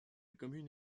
commune